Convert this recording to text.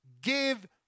give